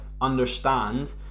understand